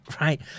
right